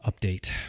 update